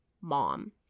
mom